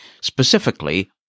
specifically